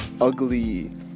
ugly